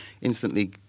instantly